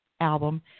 album